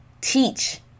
teach